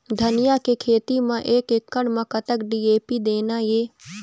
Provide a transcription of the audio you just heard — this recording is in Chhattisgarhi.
धनिया के खेती म एक एकड़ म कतक डी.ए.पी देना ये?